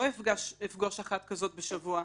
לא אפגוש אחת כזאת בשבוע,